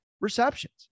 receptions